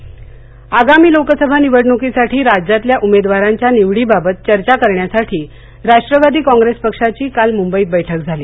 राष्टवादी आगामी लोकसभा निवडणुकीसाठी राज्यातल्या उमेदवारांच्या निवडीबाबत चर्चा करण्यासाठी राष्ट्रवादी कॉप्रेस पक्षाची काल मुंबईत बैठक झाली